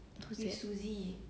who is that